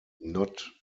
not